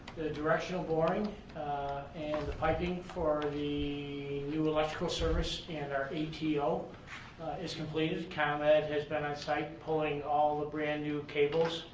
the directional boring and the piping for the new electrical service and our atl is completed. conlad had been on site pulling all the brand new cables